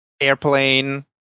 airplane